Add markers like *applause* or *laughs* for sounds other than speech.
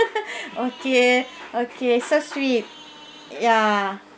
*laughs* okay okay so sweet ya